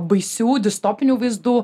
baisių distopinių vaizdų